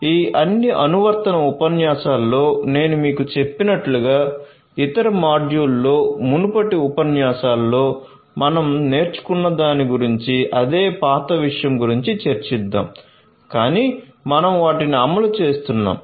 ఈ అన్ని అనువర్తన ఉపన్యాసాలలో నేను మీకు చెప్పినట్లుగా ఇతర మాడ్యూళ్ళలో మునుపటి ఉపన్యాసాలలో మనం నేర్చుకున్నదాని గురించి అదే పాత విషయం గురించి చర్చిధ్ధాం కాని మనం వాటిని అమలు చేస్తున్నాము